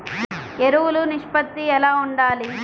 ఎరువులు నిష్పత్తి ఎలా ఉండాలి?